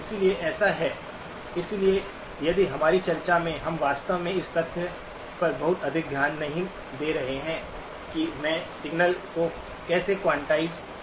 इसलिए ऐसा है इसलिए यदि हमारी चर्चा में हम वास्तव में इस तथ्य पर बहुत अधिक ध्यान नहीं दे रहे हैं कि मैं सिग्नल को कैसे क्वांटाइज़ करता हूं